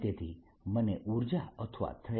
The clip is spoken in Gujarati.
તેથી આ 0 બનશે